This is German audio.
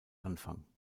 anfang